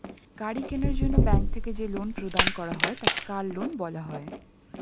গাড়ি কেনার জন্য ব্যাঙ্ক থেকে যে লোন প্রদান করা হয় তাকে কার লোন বলা হয়